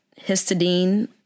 histidine